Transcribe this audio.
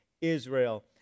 Israel